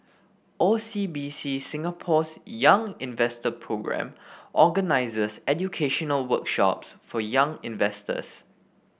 O C B C Singapore's Young Investor Programme organizes educational workshops for young investors